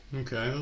Okay